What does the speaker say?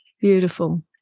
Beautiful